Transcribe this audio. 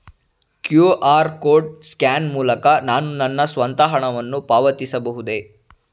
QR code scan ಮೂಲಕ ನಾನು ನನ್ನ ಸ್ವಂತ ಹಣವನ್ನು ಪಾವತಿಸಬಹುದೇ?